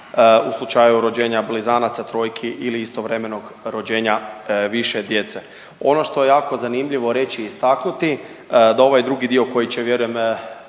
u slučaju rođenja blizanaca, trojki ili istovremenog rođenja više djece. Ono što je jako zanimljivo reći i istaknuti da ovaj drugi dio koji će vjerujem